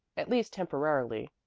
at least temporarily,